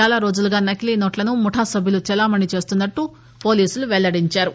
చాలా రోజులుగా నకిలీ నోట్లను ముఠా సభ్యులు చెలామణీ చేస్తున్నట్లు పోలీసులు వెల్లడించారు